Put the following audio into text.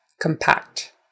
compact